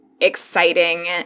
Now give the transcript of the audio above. exciting